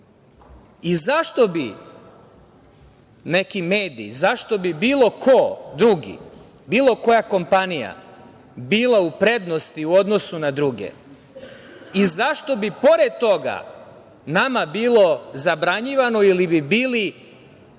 posao.Zašto bi neki mediji, zašto bi bilo ko drugi, bilo koja kompanija bila u prednosti u odnosu na druge i zašto bi pored toga nama bilo zabranjivano ili bi bili